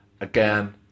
again